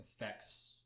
affects